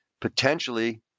potentially